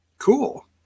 cool